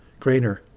Grainer